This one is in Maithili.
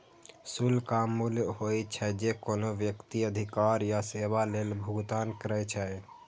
शुल्क ऊ मूल्य होइ छै, जे कोनो व्यक्ति अधिकार या सेवा लेल भुगतान करै छै